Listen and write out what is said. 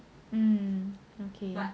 um okay